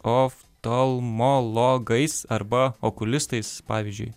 oftolmologais arba okulistais pavyzdžiui